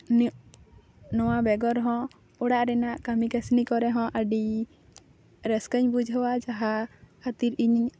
ᱤᱧᱟᱹᱜ ᱱᱚᱣᱟ ᱵᱮᱜᱚᱨ ᱦᱚᱸ ᱚᱲᱟᱜ ᱨᱮᱱᱟᱜ ᱠᱟᱹᱢᱤ ᱠᱟᱹᱥᱱᱤ ᱠᱚᱨᱮ ᱦᱚᱸ ᱟᱹᱰᱤ ᱨᱟᱹᱥᱠᱟᱹᱧ ᱵᱩᱡᱷᱟᱹᱣᱟ ᱡᱟᱦᱟᱸ ᱠᱷᱟᱹᱛᱤᱨ ᱤᱧᱤᱧ